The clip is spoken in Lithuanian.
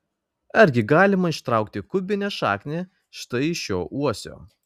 argi galima ištraukti kubinę šaknį štai iš šio uosio